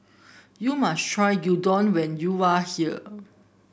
you must try Gyudon when you are here